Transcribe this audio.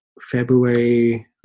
February